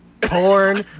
Porn